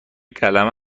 قلمه